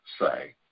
say